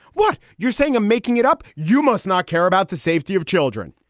what you're saying? i'm making it up. you must not care about the safety of children.